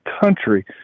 country